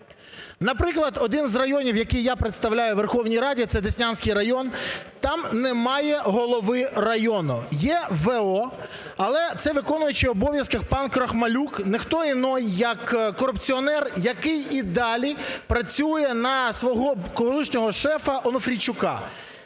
Наприклад, один з районів, який я представляю у Верховній Раді, це Деснянський район, там немає голови району. Є в.о., але це виконуючий обов'язки пан Крохмалюк, ніхто інший, як корупціонер, який і далі працює на свого колишнього шефа Онуфрійчука,